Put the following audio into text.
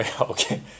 Okay